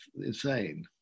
insane